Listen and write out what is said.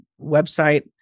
Website